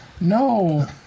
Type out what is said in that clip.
No